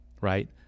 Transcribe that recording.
right